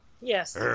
yes